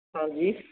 हाँ जी